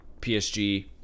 PSG